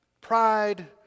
pride